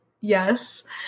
Yes